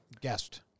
guest